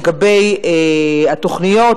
לגבי התוכניות,